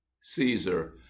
Caesar